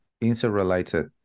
interrelated